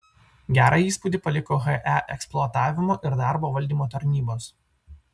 gerą įspūdį paliko he eksploatavimo ir darbo valdymo tarnybos